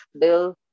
bill